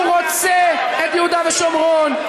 הוא רוצה את יהודה ושומרון,